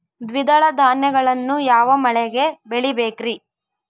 ದ್ವಿದಳ ಧಾನ್ಯಗಳನ್ನು ಯಾವ ಮಳೆಗೆ ಬೆಳಿಬೇಕ್ರಿ?